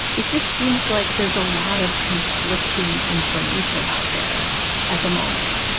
it just seems like there's a lot of conflicting information out there at the moment.